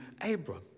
Abram